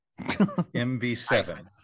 MV7